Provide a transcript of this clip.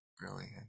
brilliant